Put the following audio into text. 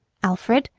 alfred,